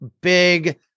big